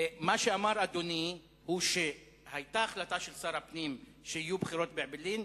מה שאמר אדוני הוא שהיתה החלטה של שר הפנים שיהיו בחירות באעבלין.